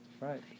Right